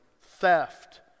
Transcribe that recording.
theft